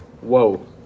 Whoa